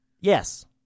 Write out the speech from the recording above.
Yes